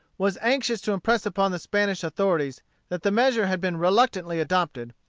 was anxious to impress upon the spanish authorities that the measure had been reluctantly adopted,